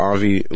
Avi